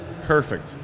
perfect